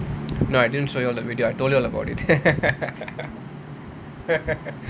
no I didn't show you all the video I told you all about it